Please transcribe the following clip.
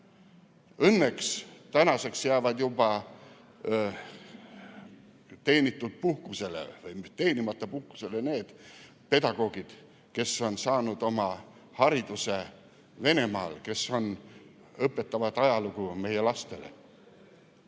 Õnneks jäävad juba teenitud või teenimata puhkusele need pedagoogid, kes on saanud oma hariduse Venemaal ja kes õpetavad ajalugu meie lastele.